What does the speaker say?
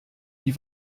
die